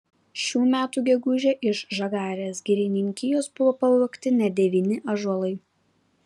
šių metų gegužę iš žagarės girininkijos buvo pavogti net devyni ąžuolai